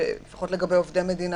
לפחות לגבי עובדי מדינה,